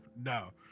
No